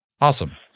Awesome